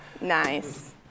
nice